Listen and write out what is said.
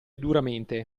duramente